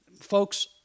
folks